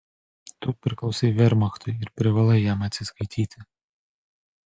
tu priklausai vermachtui ir privalai jam atsiskaityti